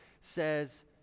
says